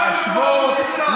להשוות.